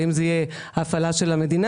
האם זאת תהיה הפעלה של המדינה,